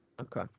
Okay